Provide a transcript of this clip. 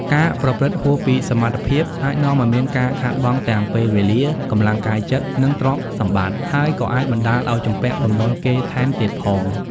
ការប្រព្រឹត្តហួសពីសមត្ថភាព អាចនាំឲ្យមានការខាតបង់ទាំងពេលវេលា កម្លាំងកាយចិត្ត និងទ្រព្យសម្បត្តិ ហើយក៏អាចបណ្ដាលឲ្យជំពាក់បំណុលគេថែមទៀតផង។